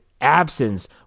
absence